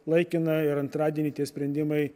laikina ir antradienį tie sprendimai